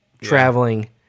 traveling